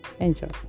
Enjoy